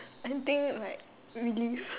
I think like relive